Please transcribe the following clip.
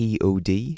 POD